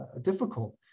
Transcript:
difficult